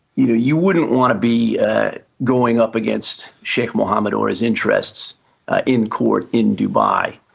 you you wouldn't want to be going up against sheikh mohammed or his interests in court in dubai.